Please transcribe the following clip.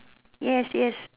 yes yes